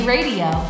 Radio